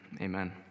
Amen